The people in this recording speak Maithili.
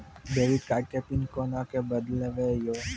डेबिट कार्ड के पिन कोना के बदलबै यो?